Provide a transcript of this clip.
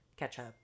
ketchup